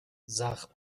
زخم